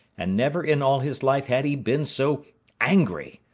and never in all his life had he been so angry.